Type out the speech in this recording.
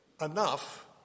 enough